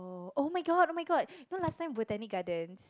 oh-my-god oh-my-god you know last time Botanic-Gardens